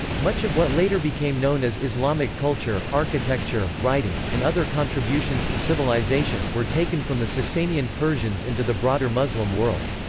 much of what later became known as islamic culture, architecture, writing, and other contributions to civilization, were taken from the sassanian persians into the broader muslim world.